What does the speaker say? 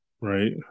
Right